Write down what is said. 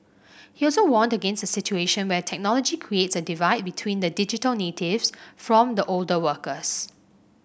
he also warned against a situation where technology creates a divide between the digital natives from the older workers